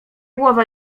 głowę